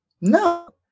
No